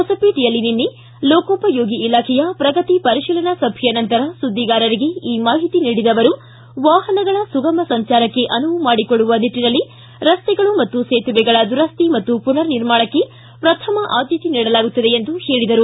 ಹೊಸಪೇಟೆಯಲ್ಲಿ ನಿನ್ನೆ ಲೋಕೋಪಯೋಗಿ ಇಲಾಖೆಯ ಪ್ರಗತಿ ಪರಿಶೀಲನಾ ಸಭೆಯ ನಂತರ ಸುದ್ದಿಗಾರರಿಗೆ ಈ ಮಾಹಿತಿ ನೀಡಿದ ಅವರು ವಾಹನಗಳ ಸುಗಮ ಸಂಚಾರಕ್ಷೆ ಅನುವು ಮಾಡಿಕೊಡುವ ನಿಟ್ಟನಲ್ಲಿ ರಸ್ತೆಗಳ ಮತ್ತು ಸೇತುವೆಗಳ ದುರಸ್ತಿ ಹಾಗೂ ಪುನರ್ ನಿರ್ಮಾಣಕ್ಕೆ ಪ್ರಥಮ ಆದ್ಯತೆ ನೀಡಲಾಗುತ್ತಿದೆ ಎಂದರು